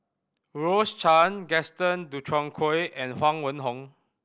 Rose Chan Gaston Dutronquoy and Huang Wenhong